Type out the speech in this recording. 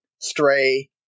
Stray